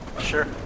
Sure